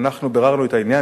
אנחנו ביררנו את העניין.